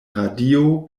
radio